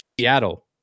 Seattle